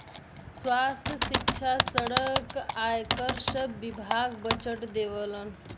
स्वास्थ्य, सिक्षा, सड़क, आयकर सब विभाग बजट देवलन